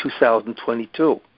2022